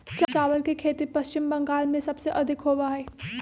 चावल के खेती पश्चिम बंगाल में सबसे अधिक होबा हई